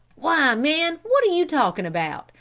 why, man what are you talking about?